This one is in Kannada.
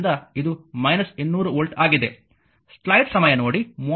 ಆದ್ದರಿಂದ ಇದು 200 ವೋಲ್ಟ್ ಆಗಿದೆ